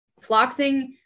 Floxing